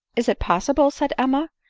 is it possible? said emma,